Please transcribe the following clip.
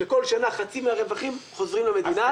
שכל שנה חצי מהרווחים חוזרים למדינה.